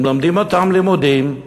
הם לומדים אותם לימודים,